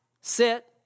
sit